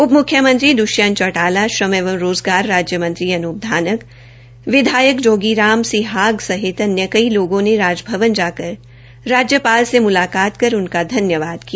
उपमुख्यमंत्री दृष्यंत चौटाला श्रम एवं रोज़गार राज्य मंत्री अनूप धानक विधायक श्री जोगीराम ज़िहाग सहित अन्य कई लोगों ने राजभवन जाकर राज्यपाल से मुलाकात कर उनका धन्यवाद किया